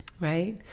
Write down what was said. Right